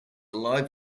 live